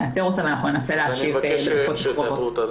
אני מבקש שתאתרו אותה.